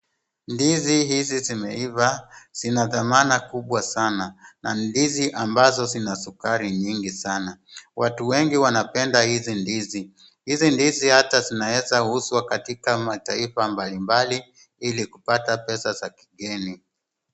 Ndizi hizi zimeiva zina thamana kubwa sana, na ndizi ambazo zina sukari nyingi sana. Watu wengi wanapenda hizi ndizi. Hizi ndizi hata zinaweza kuuzwa katika mataifa mbalimbali ili kupata pesa za kigeni.